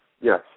Yes